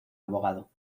abogado